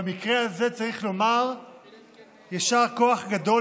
במקרה הזה צריך לומר יישר כוח גדול